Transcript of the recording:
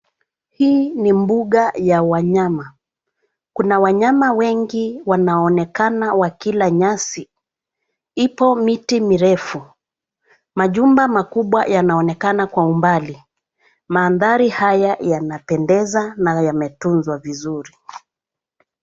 Hii ni mbuga ya wanyama, kuna wanyama wengi wanaonekana wakila nyasi. Ipo miti mirefu. Majumba makubwa yanaonekana kwa umbali. Mandhari haya yanapendeza na yametunzwa vizuri.